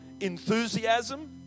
enthusiasm